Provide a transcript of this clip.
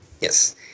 Yes